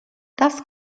das